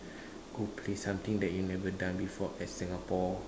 go play something that you never done before at Singapore